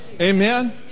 Amen